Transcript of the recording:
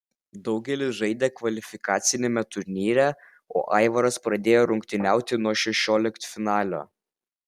daugelis žaidė kvalifikaciniame turnyre o aivaras pradėjo rungtyniauti nuo šešioliktfinalio